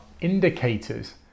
indicators